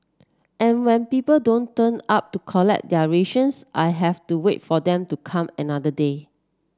and when people don't turn up to collect their rations I have to wait for them to come another day